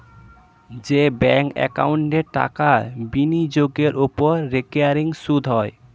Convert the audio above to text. যে ব্যাঙ্ক একাউন্টে টাকা বিনিয়োগের ওপর রেকারিং সুদ হয়